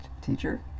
teacher